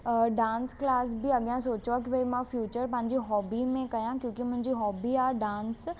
dance class बि अॻियां सोचियो आहे की भई मां फ्युचर पंहिंजी हॉबी में कयां क्यूंकि मुंहिंजी हॉबी आहे डांस